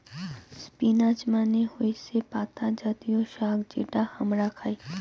spinach মানে হৈসে পাতা জাতীয় শাক যেটা হামরা খাই